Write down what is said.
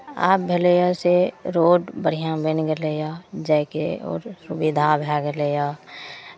आब भेलैए से रोड बढ़िआँ बनि गेलैए जायके रोड सुविधा भए गेलैए